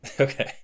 Okay